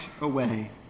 away